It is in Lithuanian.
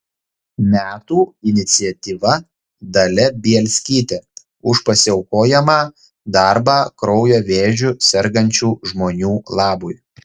metų iniciatyva dalia bielskytė už pasiaukojamą darbą kraujo vėžiu sergančių žmonių labui